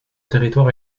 territoire